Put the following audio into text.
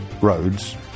roads